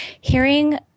hearing